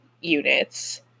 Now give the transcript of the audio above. units